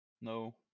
No